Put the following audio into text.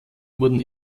wurden